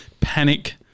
panic